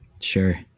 Sure